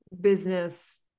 business